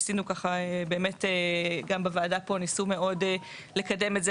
ניסינו ככה באמת גם בוועדה פה ניסו מאוד לקדם את זה